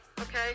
Okay